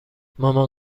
مامان